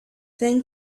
then